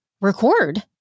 record